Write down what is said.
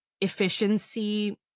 efficiency